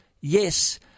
Yes